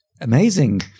amazing